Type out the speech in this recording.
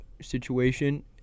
situation